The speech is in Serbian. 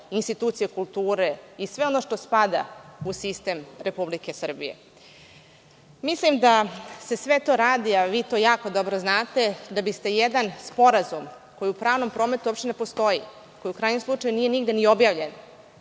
institucije kulture i sve ono što spada u sistem Republike Srbije. Mislim da se sve to radi, a vi to jako dobro znate da biste jedan sporazum koji u pravnom prometu uopšte ne postoji, koji u krajnjem slučaju nije nigde ni objavljen,